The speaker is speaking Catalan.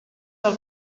del